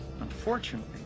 unfortunately